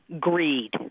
greed